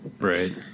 right